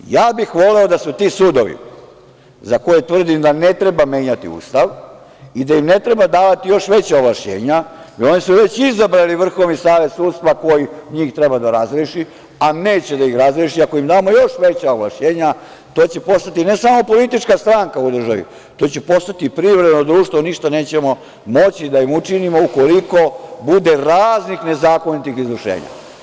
Ja bih voleo da su ti sudovi, za koje tvrdim da ne treba menjati Ustav, i da im ne treba davati još veća ovlašćenja, jer oni su već izabrali Vrhovni savet sudstva koji njih treba da razreši, a neće da ih razreši ako im damo još veća ovlašćenja, to će postati ne samo politička stranka u državi, to će postati privredno društvo i ništa nećemo moći da im učinimo ukoliko bude raznih nezakonitih izvršenja.